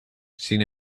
sin